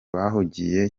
bahugiye